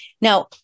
Now